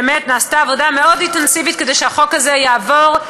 ובאמת נעשתה עבודה מאוד אינטנסיבית כדי שהחוק הזה יעבור,